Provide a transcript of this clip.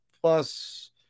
plus